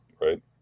right